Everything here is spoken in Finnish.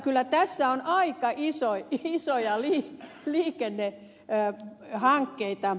kyllä tässä on aika isoja liikennehankkeita